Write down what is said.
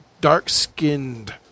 dark-skinned